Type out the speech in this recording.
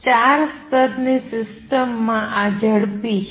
ચાર સ્તરની સિસ્ટમમાં આ ઝડપી છે